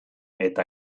eta